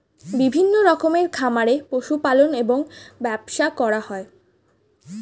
বিভিন্ন রকমের খামারে পশু পালন এবং ব্যবসা করা হয়